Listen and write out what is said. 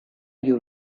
you